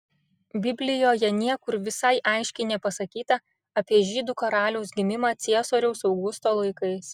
biblijoje niekur visai aiškiai nepasakyta apie žydų karaliaus gimimą ciesoriaus augusto laikais